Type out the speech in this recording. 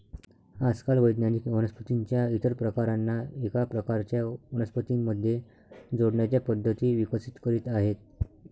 आजकाल वैज्ञानिक वनस्पतीं च्या इतर प्रकारांना एका प्रकारच्या वनस्पतीं मध्ये जोडण्याच्या पद्धती विकसित करीत आहेत